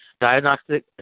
diagnostic